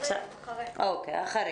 אחרי.